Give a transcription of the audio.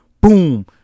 boom